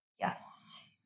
yes